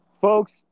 Folks